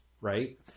Right